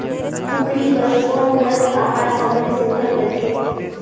कूकरी बर कोन कस आहार सबले सुघ्घर रथे?